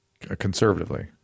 Conservatively